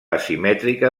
asimètrica